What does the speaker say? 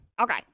Okay